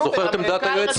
אתה זוכר את עמדת היועץ?